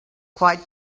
quite